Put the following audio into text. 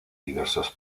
diversos